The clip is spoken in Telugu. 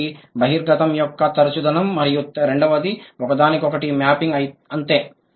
ఒకటి బహిర్గతం యొక్క తరుచుదనం మరియు రెండవది ఒకదానికొకటి మ్యాపింగ్ అంతే